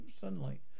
sunlight